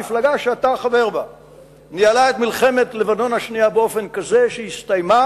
המפלגה שאתה חבר בה ניהלה את מלחמת לבנון השנייה באופן כזה שהיא הסתיימה